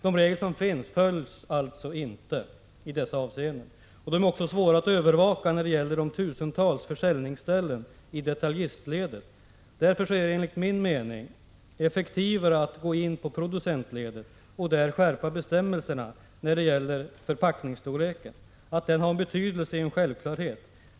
De regler som finns följs alltså inte i dessa avseenden. De är också svåra att övervaka när det gäller de tusentals försäljningsställena i detaljistledet. Därför är det enligt min mening effektivare att gå på producentledet och där skärpa bestämmelserna när det gäller förpackningsstorleken. Att den har en betydelse är en självklarhet.